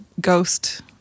ghost